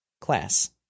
class